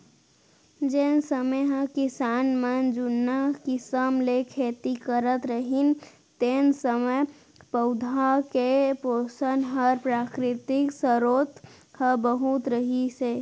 जेन समे म किसान मन जुन्ना किसम ले खेती करत रहिन तेन समय पउधा के पोसन बर प्राकृतिक सरोत ह बहुत रहिस हे